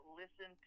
listen